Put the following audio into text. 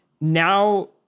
Now